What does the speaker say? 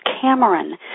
Cameron